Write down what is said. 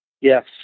Yes